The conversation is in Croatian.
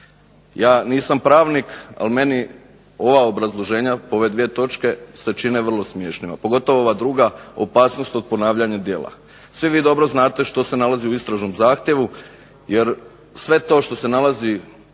Ja nisam pravnik, ali meni ova obrazloženja po ove dvije točke se čine vrlo smiješnima, a pogotovo ova druga opasnost od ponavljanja djela. Svi vi dobro znate što se nalazi u istražnom zahtjevu. Jer sve to što se nalazi